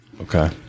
Okay